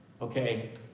Okay